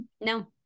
No